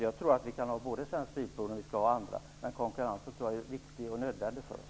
Jag tror alltså att vi både kan ha Svensk Bilprovning och andra. Jag tror att konkurrensen är viktig och nödvändig för oss.